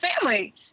family